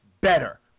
better